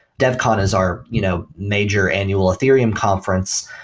devcon is our you know major annual ethereum conference,